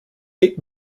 eight